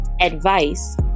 advice